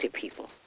people